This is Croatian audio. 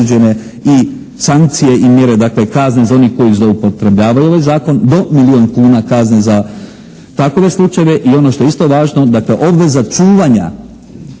i sankcije i mjere, dakle kazne za one koji zloupotrebljavaju ovaj zakon. Do milijun kuna kazne za takove slučajeve. I ono što je isto važno, dakle, obveza čuvanja